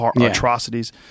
atrocities